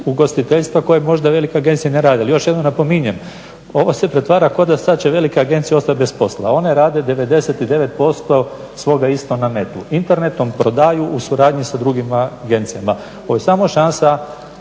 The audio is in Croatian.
ugostiteljstva koje možda velike agencije ne rade. Ali još jednom napominjem, ovo se pretvara kao da sad će velike agencije ostati bez posla. A one rade 99% svoga isto na netu, internetom prodaju u suradnji sa drugim agencijama. Ovo je samo šansa